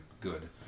good